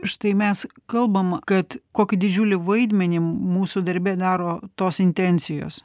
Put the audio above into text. štai mes kalbam kad kokį didžiulį vaidmenį mūsų darbe daro tos intencijos